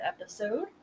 episode